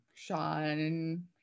Sean